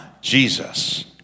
Jesus